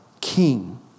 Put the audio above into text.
King